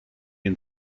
and